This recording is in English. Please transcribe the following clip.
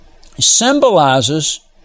symbolizes